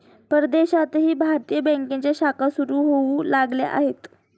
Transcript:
परदेशातही भारतीय बँकांच्या शाखा सुरू होऊ लागल्या आहेत